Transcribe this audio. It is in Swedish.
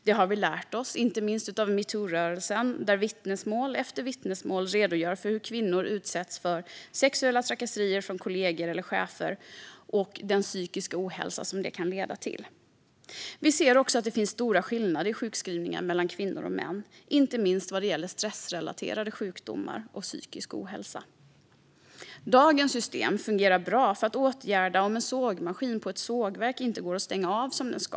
Det har vi lärt oss, inte minst av metoo-rörelsen, där vittnesmål efter vittnesmål redogör för hur kvinnor utsätts för sexuella trakasserier från kollegor eller chefer och den psykiska ohälsa som detta kan leda till. Vi ser också att det finns stora skillnader i sjukskrivningar mellan kvinnor och män, inte minst vad gäller stressrelaterade sjukdomar och psykisk ohälsa. Dagens system fungerar bra för att åtgärda att en sågmaskin på ett sågverk inte går att stänga av som den ska.